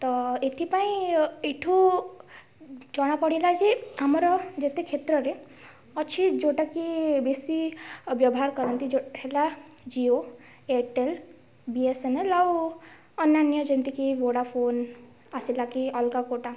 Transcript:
ତ ଏଥିପାଇଁ ଏଇଠୁ ଜଣାପଡ଼ିଲା ଯେ ଆମର ଯେତେ କ୍ଷେତ୍ରରେ ଅଛି ଯେଉଁଟା କି ବେଶୀ ବ୍ୟବହାର କରନ୍ତି ଯେଉଁ ହେଲା ଜିଓ ଏୟାରଟେଲ୍ ବି ଏସ୍ ଏନ୍ ଏଲ୍ ଆଉ ଅନ୍ୟାନ୍ୟ ଯେମତି କି ଭୋଡ଼ାଫୋନ୍ ଆସିଲା କି ଅଲଗା କେଉଁଟା